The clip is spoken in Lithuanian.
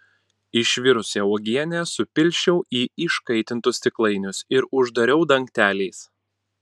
išvirusią uogienę supilsčiau į iškaitintus stiklainius ir uždariau dangteliais